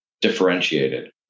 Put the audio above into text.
differentiated